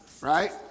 Right